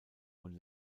und